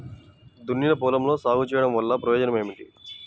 దున్నిన పొలంలో సాగు చేయడం వల్ల ప్రయోజనం ఏమిటి?